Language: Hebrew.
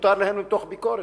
שמותר להם למתוח ביקורת.